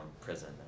prison